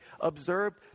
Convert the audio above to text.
observed